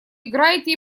играете